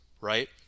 right